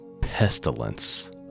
pestilence